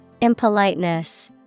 Impoliteness